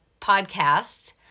podcast